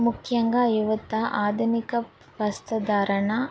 ముఖ్యంగా యువత ఆధునిక వస్త్రధారణ